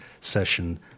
session